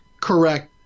Correct